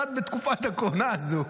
שירד בתקופה הזו.